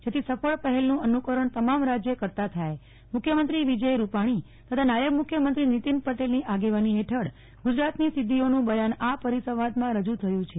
જેથી સફળ પહેલનું અનુકરણ તમામ રાજ્ય કરતા થાય મુખ્યમંત્રી વિજય રૂપાણી તથા નાયબ મુખ્યમંત્રી નીતિન પટેલ ની આગેવાની હેઠળ ગુજરાત ની સિદ્ધીઓનું બયાન આ પરીસંવાદ રજુ થયું છે